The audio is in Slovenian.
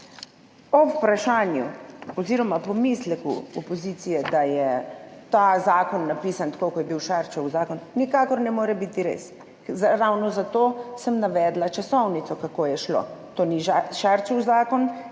Ob vprašanju oziroma pomisleku opozicije, da je ta zakon napisan tako, kot je bil Šarčev zakon, nikakor ne more biti res, ravno zato sem navedla časovnico, kako je šlo. To ni Šarčev zakon,